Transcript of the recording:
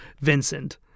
Vincent